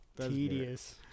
Tedious